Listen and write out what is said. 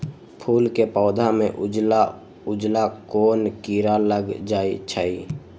फूल के पौधा में उजला उजला कोन किरा लग जई छइ?